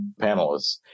panelists